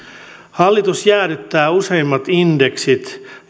hallitus jäädyttää useimmat indeksit